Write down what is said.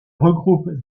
regroupe